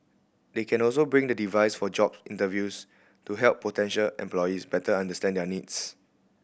they can also bring the device for job interviews to help potential employees better understand their needs